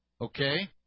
okay